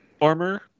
Armor